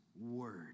word